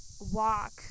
walk